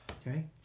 Okay